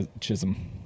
Chisholm